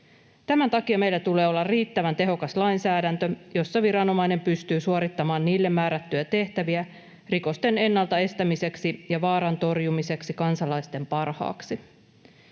Tämän takia meillä tulee olla riittävän tehokas lainsäädäntö, jossa viranomainen pystyy suorittamaan niille määrättyjä tehtäviä rikosten ennalta estämiseksi ja vaaran torjumiseksi kansalaisten parhaaksi.